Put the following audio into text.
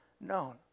known